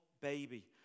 baby